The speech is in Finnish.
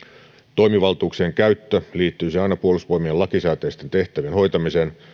toimivaltuuksien käyttö liittyisi aina puolustusvoimien lakisääteisten tehtävien hoitamiseen